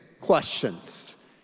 questions